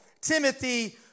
Timothy